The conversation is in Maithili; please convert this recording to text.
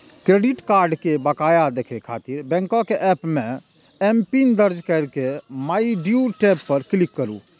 क्रेडिट कार्ड के बकाया देखै खातिर बैंकक एप मे एमपिन दर्ज कैर के माइ ड्यू टैब पर क्लिक करू